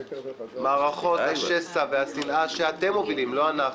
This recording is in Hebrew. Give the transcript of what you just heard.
מערכות השסע והשנאה שאתם מובילים, לא אנחנו,